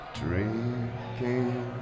drinking